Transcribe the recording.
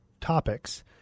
topics